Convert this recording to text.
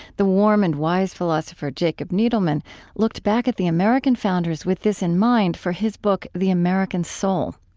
the warm and wise philosopher jacob needleman looked back at the american founders with this in mind for his book the american soul.